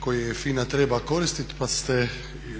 koje FINA treba koristiti pa ste